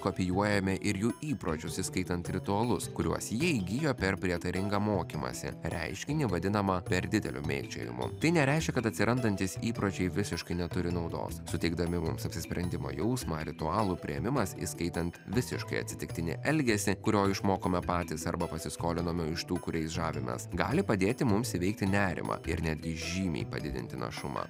kopijuojame ir jų įpročius įskaitant ritualus kuriuos jie įgijo per prietaringą mokymąsi reiškinį vadinamą per dideliu mėgdžiojimu tai nereiškia kad atsirandantys įpročiai visiškai neturi naudos suteikdami mums apsisprendimo jausmą ritualų priėmimas įskaitant visiškai atsitiktinį elgesį kurio išmokome patys arba pasiskolinome iš tų kuriais žavimės gali padėti mums įveikti nerimą ir netgi žymiai padidinti našumą